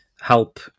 help